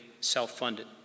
self-funded